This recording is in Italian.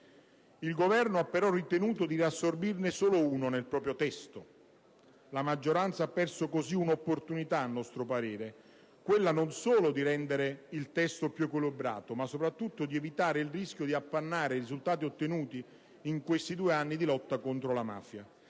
Il Governo ha però ritenuto di riassorbirne solo uno nel proprio testo. La maggioranza ha perso un'opportunità, a mio parere, quella non solo di rendere il testo più equilibrato, ma soprattutto di evitare il rischio di appannare i risultati ottenuti in questi due anni di lotta contro la mafia.